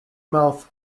mouths